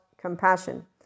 compassion